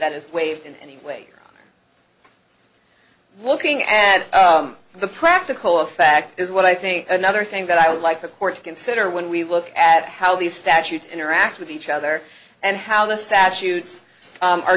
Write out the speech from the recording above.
that is waived in any way looking at the practical effect is what i think another thing that i would like the court to consider when we look at how these statutes interact with each other and how the statutes